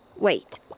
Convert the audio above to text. wait